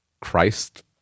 Christ